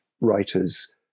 writers